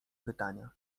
pytania